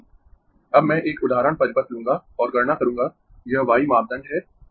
अब मैं एक उदाहरण परिपथ लूंगा और गणना करूंगा यह y मापदंड है